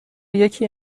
یکی